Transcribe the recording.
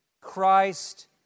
Christ